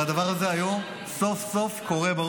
והדבר הזה סוף-סוף קורה היום,